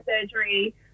surgery